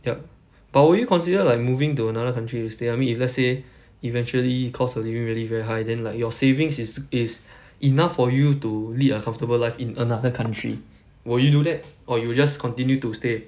yup but would you consider like moving to another country to stay I mean if let's say eventually cost of living really very high then like your savings is is enough for you to lead a comfortable life in another country will you do that or you just continue to stay